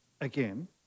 again